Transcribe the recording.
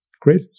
Great